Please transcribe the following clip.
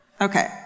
Okay